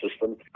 system